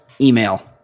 email